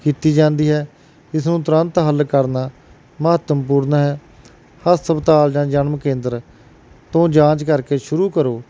ਕੀਤੀ ਜਾਂਦੀ ਹੈ ਇਸ ਨੂੰ ਤੁਰੰਤ ਹੱਲ ਕਰਨਾ ਮਹੱਤਵਪੂਰਨ ਹੈ ਹਸਪਤਾਲ ਜਾਂ ਜਨਮ ਕੇਂਦਰ ਤੋਂ ਜਾਂਚ ਕਰਕੇ ਸ਼ੁਰੂ ਕਰੋ